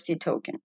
token